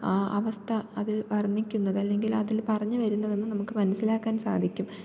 ആ അവസ്ഥ അതിൽ വർണ്ണിക്കുന്നതല്ലെങ്കിൽ അതിൽ പറഞ്ഞ് വരുന്നതെന്ന് നമുക്ക് മനസ്സിലാക്കാൻ സാധിക്കും